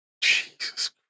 Jesus